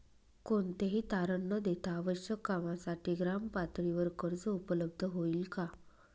कोणतेही तारण न देता आवश्यक कामासाठी ग्रामपातळीवर कर्ज उपलब्ध होईल का?